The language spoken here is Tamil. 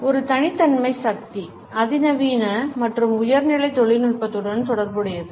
இது தனித்தன்மை சக்தி அதிநவீன மற்றும் உயர்நிலை தொழில்நுட்பத்துடன் தொடர்புடையது